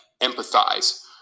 empathize